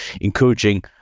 encouraging